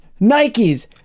Nikes